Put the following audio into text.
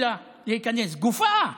ולומדים במוסדות מוכרים להשכלה גבוהה